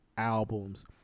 albums